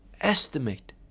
estimate